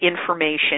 information